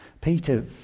Peter